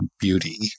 beauty